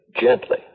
gently